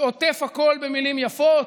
שעוטף הכול במילים יפות,